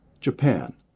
Japan